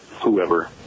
whoever